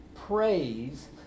praise